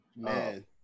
Man